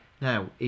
now